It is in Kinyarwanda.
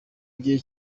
igihe